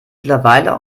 mittlerweile